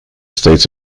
states